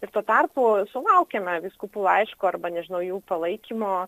ir tuo tarpu sulaukiame vyskupų laiško arba nežinau jų palaikymo